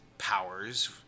powers